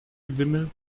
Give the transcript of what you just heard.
gewimmel